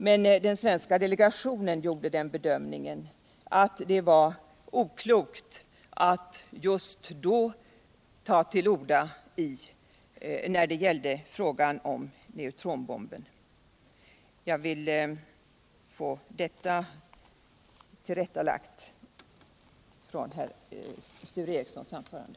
men den svenska delegationen gjorde den bedömningen att det var oklokt att just då ta till orda i frågan om neutronbomben. Jag har velat göra detta ulträttaläggande med anledning av Sture Ericsons anförande.